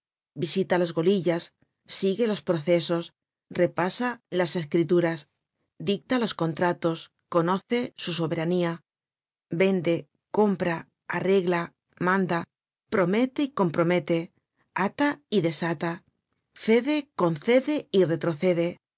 visita á los golillas sigue los procesos repasa las escrituras dicta los contratos conoce su soberanía vende com pra arregla manda promete y compromete ata y desala cede concede y retrocede